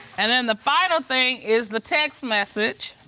and then the final thing is the text message.